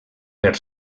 per